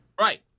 Right